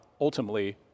ultimately